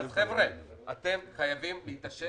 אז חבר'ה, אתם חייבים להתעשת